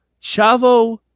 Chavo